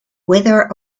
wither